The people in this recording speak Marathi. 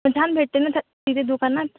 पण छान भेटते ना थं तिथे दुकानात